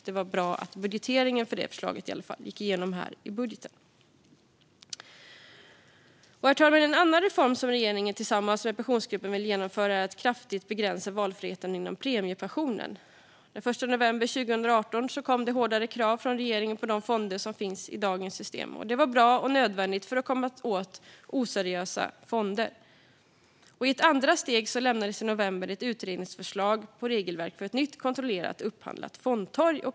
Det var bra att budgeteringen för det förslaget i alla fall gick igenom i budgeten här. Herr talman! En annan reform som regeringen tillsammans med Pensionsgruppen vill genomföra är att kraftigt begränsa valfriheten gällande premiepensionen. Den 1 november 2018 kom hårdare krav från regeringen på de fonder som finns i dagens system. Detta var bra och nödvändigt för att komma åt oseriösa fonder. I ett andra steg lämnades i november 2019 ett utredningsförslag om ett regelverk för ett nytt, kontrollerat och upphandlat fondtorg.